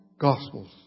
Gospels